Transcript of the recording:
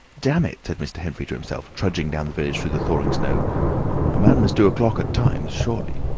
damn it! said mr. henfrey to himself, trudging down the village through the thawing snow a man must do a clock at times, surely.